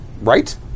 Right